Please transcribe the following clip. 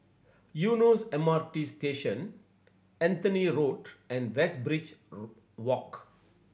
Eunos M R T Station Anthony Road and Westridge Walk